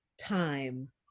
time